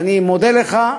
ואני מודה לך,